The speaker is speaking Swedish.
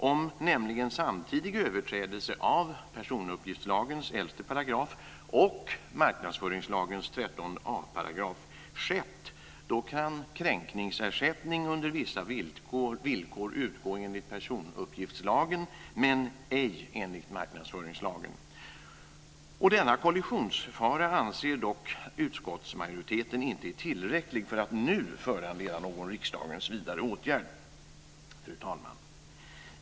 Om samtidig överträdelse av personuppgiftslagens 11 § och marknadsföringslagens 13 a § har skett kan kränkningsersättning under vissa villkor utgå enligt personuppgiftslagen men ej enligt marknadsföringslagen. Denna kollisionsfara anser dock utskottsmajoriteten inte är tillräcklig för att nu föranleda någon vidare åtgärd av riksdagen. Fru talman!